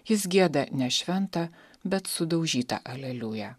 jis gieda ne šventą bet sudaužytą aleliuja